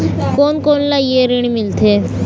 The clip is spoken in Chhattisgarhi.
कोन कोन ला ये ऋण मिलथे?